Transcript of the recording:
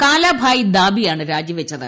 കാലാഭായ് ദാബിയാണ് രാജിവെച്ചത്